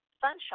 Sunshine